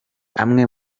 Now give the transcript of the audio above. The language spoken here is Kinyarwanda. amwe